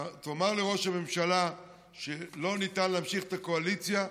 תאמר לראש הממשלה שלא ניתן להמשיך את הקואליציה,